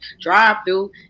drive-through